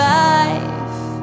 life